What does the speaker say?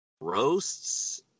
roasts